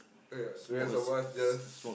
ya the rest of us just